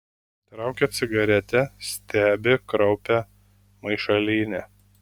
traukia cigaretę stebi kraupią maišalynę